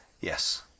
yes